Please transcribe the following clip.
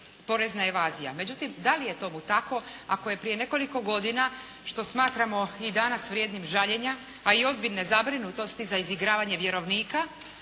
porezna evazija. Međutim, da li je tomu tako ako je prije nekoliko godine, što smatramo i danas vrijednim žaljenja, pa i ozbiljne zabrinutosti za izigravanje vjerovnika,